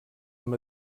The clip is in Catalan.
amb